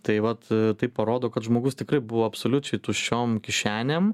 tai vat tai parodo kad žmogus tikrai buvo absoliučiai tuščiom kišenėm